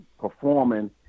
performing